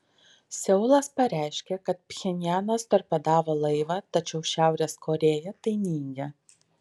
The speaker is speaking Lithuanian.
seulas pareiškė kad pchenjanas torpedavo laivą tačiau šiaurės korėja tai neigia